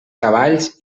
cavalls